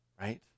Right